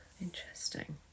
Interesting